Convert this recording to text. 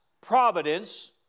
providence